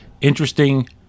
interesting